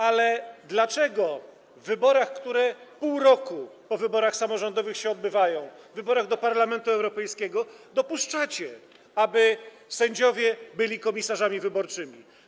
Ale dlaczego w wyborach, które odbywają się pół roku po wyborach samorządowych, w wyborach do Parlamentu Europejskiego dopuszczacie, aby sędziowie byli komisarzami wyborczymi?